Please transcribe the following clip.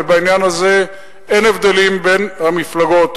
ובעניין הזה אין הבדלים בין המפלגות,